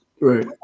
right